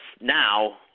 now